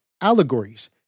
allegories